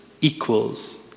equals